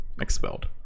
Expelled